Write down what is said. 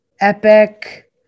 epic